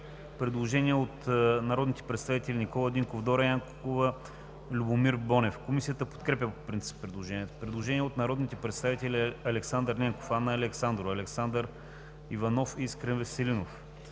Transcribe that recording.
предложение от народните представители Никола Динков, Дора Янкова и Любомир Бонев. Комисията подкрепя по принцип предложението. Има предложение от народните представители Александър Ненков, Анна Александрова, Александър Иванов и Искрен Веселинов.